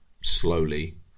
slowly